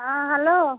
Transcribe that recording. ହଁ ହ୍ୟାଲୋ